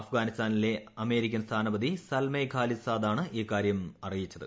അഫ്ഗാനിസ്ഥാനിലെ അമേരിക്കൻ സ്ഥാനപതി സൽമെ ഖാലിൽ സാദ് ആണ് ഇക്കാര്യം അറിയിച്ചത്